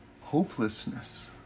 hopelessness